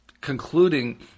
concluding